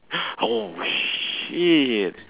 oh shit